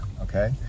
okay